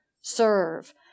serve